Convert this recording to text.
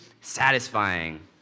satisfying